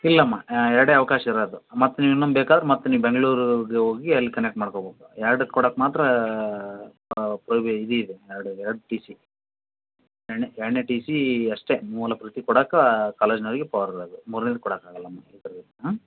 ಇಲ್ಲಮ್ಮ ಎರಡೇ ಅವಕಾಶ ಇರೋದು ಮತ್ತು ನೀವು ಇನ್ನೊಂದು ಬೇಕಾದ್ರ್ ಮತ್ತು ನೀವು ಬೆಂಗ್ಳೂರಿಗೆ ಹೋಗಿ ಅಲ್ಲಿ ಕನೆಕ್ಟ್ ಮಾಡ್ಕೋಬೇಕ್ ಎರಡಕ್ಕೆ ಕೊಡೋಕ್ ಮಾತ್ರ ಪ್ರಬಿ ಇದು ಇದೆ ಎರಡು ಎರಡು ಟೀ ಸಿ ಎರಡನೇ ಎರಡನೇ ಟೀ ಸಿ ಅಷ್ಟೇ ಮೂಲ ಪ್ರತಿ ಕೊಡೋಕೆ ಕಾಲೇಜಿನವರಿಗೆ ಪವರ್ ಇರೋದು ಮೂರನೇದು ಕೊಡೋಕಾಗಲ್ಲಮ್ಮ ಆ ಥರ ಹ್ಞೂ